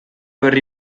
berri